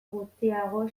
gutxiago